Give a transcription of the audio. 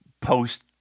post